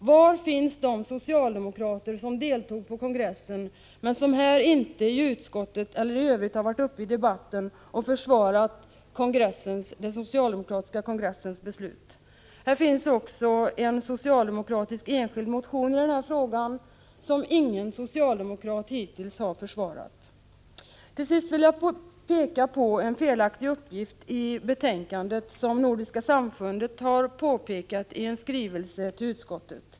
Var finns de socialdemokrater som deltog i kongressen men som inte har varit uppe i debatten här eller i utskottet och försvarat den socialdemokratiska kongressens beslut? Det finns också en enskild socialdemokratisk motion i den här frågan, som hittills ingen socialdemokrat har försvarat. Till sist vill jag peka på en felaktig uppgift i betänkandet, som Nordiska samfundet mot plågsamma djurförsök har påpekat i en skrivelse till utskottet.